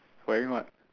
wearing what